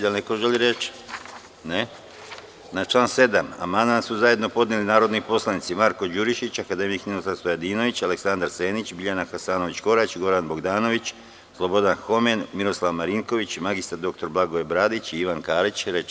Da li neko želi reč? (Ne.) Na član 7. amandman su zajedno podneli narodni poslanici Marko Đurišić, akademik Ninoslav Stojadinović, Aleksandar Senić, Biljana Hasanović Korać, Goran Bogdanović, Slobodan Homen, Miroslav Marinković, mr dr Blagoje Bradić i Ivan Karić.